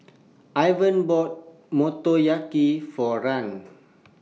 Ivan bought Motoyaki For Rahn